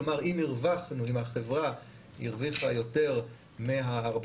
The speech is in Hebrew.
כלומר אם החברה הרוויחה יותר מה-14%,